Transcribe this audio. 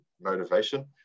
motivation